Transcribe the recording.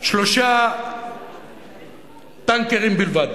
שלושה טנקים בלבד.